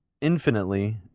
infinitely